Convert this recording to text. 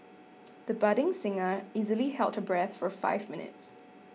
the budding singer easily held her breath for five minutes